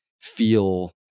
feel